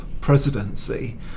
presidency